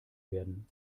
werden